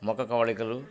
మొక కవళికలు